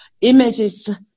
images